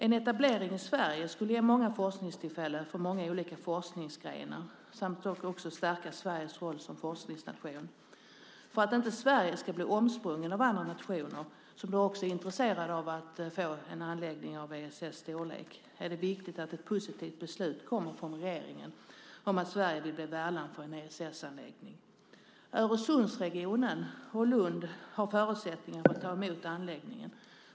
En etablering i Sverige skulle ge många forskningstillfällen för många olika forskningsgrenar samt också stärka Sveriges roll som forskningsnation. För att inte Sverige ska bli omsprunget av andra nationer som också är intresserade av att få en anläggning av ESS storlek är det viktigt att ett positivt beslut kommer från regeringen om att Sverige vill bli värdland för en ESS-anläggning. Öresundsregionen och Lund har förutsättningar för att ta emot anläggningen.